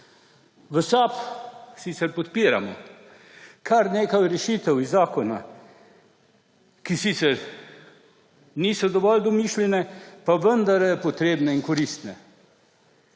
V SAB sicer podpiramo kar nekaj rešitev iz zakona, ki sicer niso dovolj domišljene, pa vendarle potrebne in koristne.